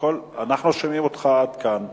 אנחנו שומעים אותך עד כאן.